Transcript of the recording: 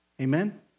Amen